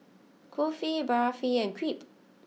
Kulfi Barfi and Crepe